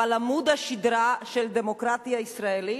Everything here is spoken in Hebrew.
אבל עמוד השדרה של הדמוקרטיה הישראלית,